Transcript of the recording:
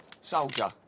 Soldier